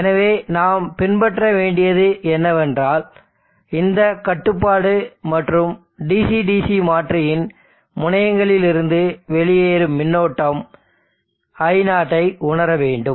எனவே நாம் பின்பற்ற வேண்டியது என்னவென்றால் இந்த கட்டுப்பாடு மற்றும் DC DC மாற்றியின் முனையங்களிலிருந்து வெளியேறும் மின்னோட்டம் i0 ஐ உணர வேண்டும்